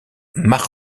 nommé